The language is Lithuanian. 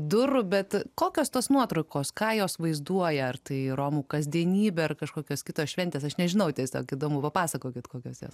durų bet kokios tos nuotraukos ką jos vaizduoja ar tai romų kasdienybė ar kažkokios kitos šventės aš nežinau tiesiog įdomu papasakokit kokios jos